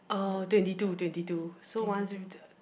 dum dum dum twenty two